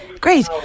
Great